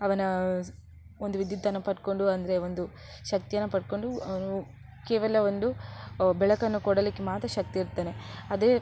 ಅವನ ಒಂದು ವಿದ್ಯುತ್ತನ್ನು ಪಡಕೊಂಡು ಅಂದರೆ ಒಂದು ಶಕ್ತಿಯನ್ನು ಪಡಕೊಂಡು ಅವನು ಕೇವಲ ಒಂದು ಬೆಳಕನ್ನು ಕೊಡಲಿಕ್ಕೆ ಮಾತ್ರ ಶಕ್ತಿ ಇರ್ತಾನೆ ಅದೇ